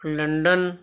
London